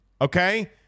okay